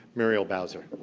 muriel bowser.